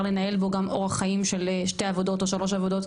לנהל בו גם אורח חיים של שתי עבודות או שלוש עבודות,